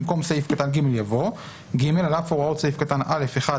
במקום סעיף קטן (ג) יבוא: "(ג)על אף הוראות סעיף קטן (א)(1)(א)(1),